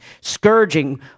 Scourging